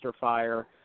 fire